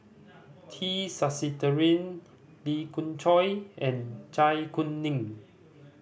T Sasitharan Lee Khoon Choy and Zai Kuning